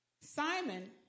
Simon